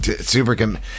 Super